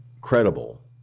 credible